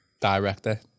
director